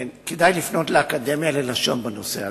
כן, כדאי לפנות לאקדמיה ללשון בנושא הזה.